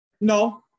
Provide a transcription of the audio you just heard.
no